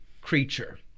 creature